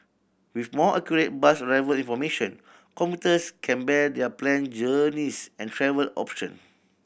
with more accurate bus arrival information commuters can better their plan journeys and travel option